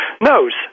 knows